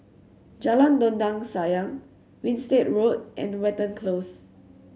Jalan Dondang Sayang Winstedt Road and Watten Close